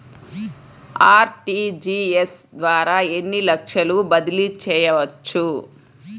RTGS ద్వారా ఎన్ని లక్షలు బదిలీ చేయవచ్చు?